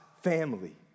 family